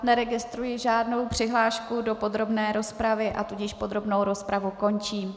Neregistruji žádnou přihlášku do podrobné rozpravy, a tudíž podrobnou rozpravu končím.